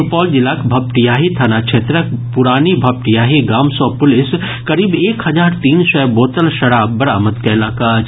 सुपौल जिलाक भपटियाही थाना क्षेत्रक पुरानी भपटियाही गाम सँ पुलिस करीब एक हजार तीन सय बोतल शराब बरामद कयलक अछि